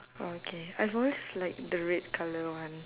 orh K I've always liked the red colour one